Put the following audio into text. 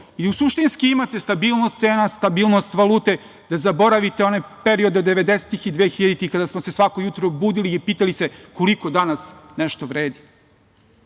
i u suštinski imate stabilnost cena, stabilnost valute, da zaboravite one periode devedesetih i dvehiljaditih kada smo se svako jutro budili i pitali se koliko danas nešto vredi.